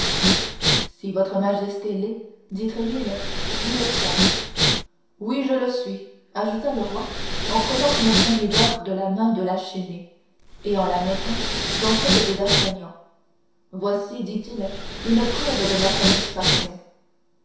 si votre majesté l'est dit tréville nous le sommes oui je le suis ajouta le roi en prenant une poignée d'or de la main de la chesnaye et la mettant dans celle de d'artagnan voici dit-il une preuve de ma satisfaction